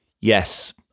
Yes